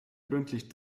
gründlich